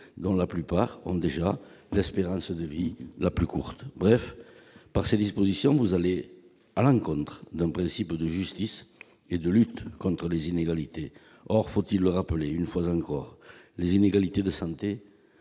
dont la plupart ont déjà une espérance de vie plus courte. Bref, par ces dispositions, vous allez à l'encontre du principe de justice et de lutte contre les inégalités. Or, faut-il rappeler une fois encore que les inégalités en